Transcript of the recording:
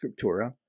Scriptura